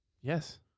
yes